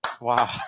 Wow